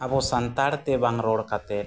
ᱟᱵᱚ ᱥᱟᱱᱛᱟᱲᱛᱮ ᱵᱟᱝ ᱨᱚᱲ ᱠᱟᱛᱮᱫ